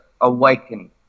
awakening